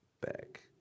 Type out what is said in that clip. back